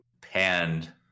panned